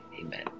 Amen